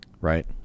Right